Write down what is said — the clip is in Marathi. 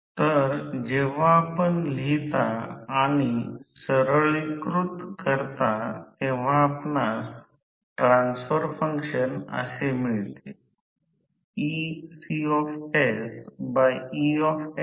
आता जेव्हा मोटर त्या स्लिप s वर चालत असताना ती ti वारंवारिता sf इतकी वारंवारिता बदलला जात असेल तर तो प्रतिरोध इतका r2 jX2 बदलतो